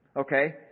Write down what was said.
Okay